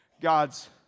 God's